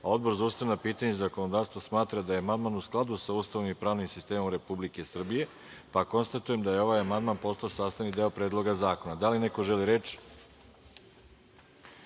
a Odbor za ustavna pitanja i zakonodavstvo smatra da je amandman u skladu sa Ustavom i pravnim sistemom Republike Srbije, pa konstatujem da je ovaj amandman postao sastavni deo Predloga zakona. Da li neko želi reč?